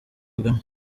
kagame